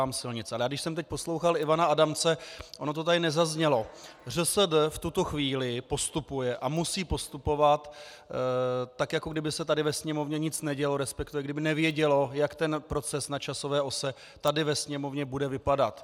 Ale když jsem teď poslouchal Ivana Adamce, ono to tady nezaznělo, ŘSD v tuto chvíli postupuje a musí postupovat tak, jako kdyby se tady ve Sněmovně nic nedělo, resp. kdyby nevědělo, jak ten proces na časové ose tady ve Sněmovně bude vypadat.